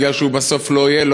בגלל שהוא בסוף לא יהיה,